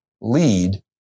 lead